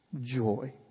joy